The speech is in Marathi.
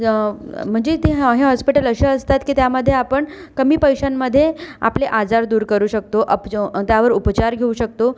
म्हणजे ते आहे हॉस्पिटल असे असतात की त्यामध्ये आपण कमी पैशांमध्ये आपले आजार दूर करू शकतो अप त्यावर उपचार घेऊ शकतो